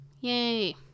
Yay